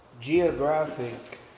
geographic